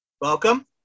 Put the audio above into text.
welcome